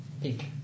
Pink